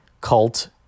Cult